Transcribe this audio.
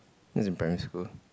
this is in primary school